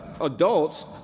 adults